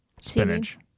spinach